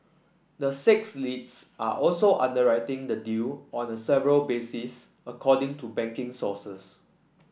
the six leads are also underwriting the deal on the several basis according to banking sources